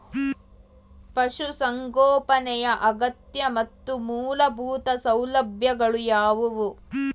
ಪಶುಸಂಗೋಪನೆಯ ಅಗತ್ಯ ಮತ್ತು ಮೂಲಭೂತ ಸೌಲಭ್ಯಗಳು ಯಾವುವು?